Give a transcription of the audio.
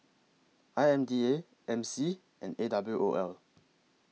I M D A M C and A W O L